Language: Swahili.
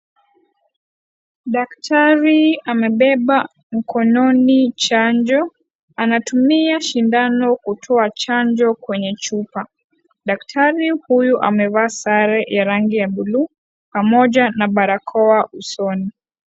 Daktari amebeba mkononi chanjo. Anatumia sindano kutoa chanjo kwenye chupa. Daktari huyu, amevaa sare ya rangi ya buluu, pamoja na bakora usoni.